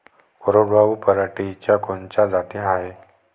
कोरडवाहू पराटीच्या कोनच्या जाती हाये?